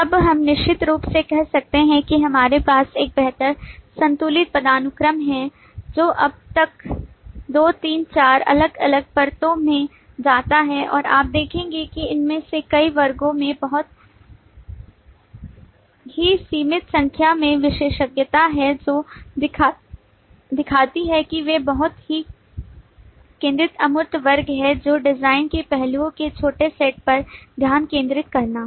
तब हम निश्चित रूप से कह सकते हैं कि हमारे पास एक बेहतर संतुलित पदानुक्रम है जो अब एक दो तीन चार अलग अलग परतों में जाता है और आप देखेंगे कि इनमें से कई वर्गों में बहुत ही सीमित संख्या में विशेषज्ञता है जो दिखाती है कि वे बहुत ही केंद्रित अमूर्त वर्ग हैं जो डिजाइन के पहलुओं के छोटे सेट पर ध्यान केंद्रित करना